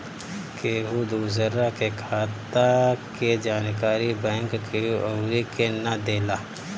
केहू दूसरा के खाता के जानकारी बैंक केहू अउरी के ना देला